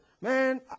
Man